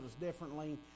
differently